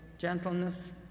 gentleness